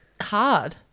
hard